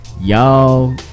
Y'all